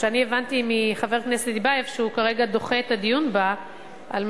ואני הבנתי מחבר הכנסת טיבייב שהוא כרגע דוחה את הדיון בה כדי